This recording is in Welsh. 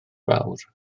fawr